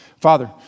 Father